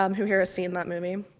um who here has seen that movie?